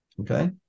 Okay